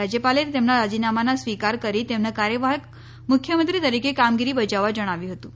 રાજયપાલે તેમના રાજીનામાનો સ્વિકાર કરી તેમને કાર્યવાહક મુખ્યમંત્રી તરીકે કામગીરી બજાવવા જણાવ્યું હતું